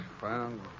found